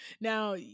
now